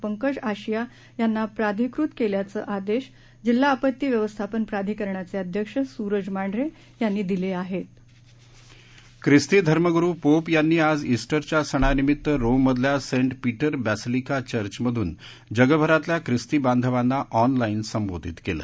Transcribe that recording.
पंकज आशिया यांना प्राधिकृत कल्याचआिद्याजिल्हा आपत्ती व्यवस्थापन प्राधिकरणाचआिध्यक्ष सूरज मांढराज्ञांनी दिलआहत्त खिस्ती धर्मगुरु पोप यांनी आज उट्टरच्या सणानिमीत्त रोममधल्या सेंट पीटर बॅसिलिका चर्चमधून जगभरातल्या खिस्ती बांधवाना ऑनलाईन संबोधित केले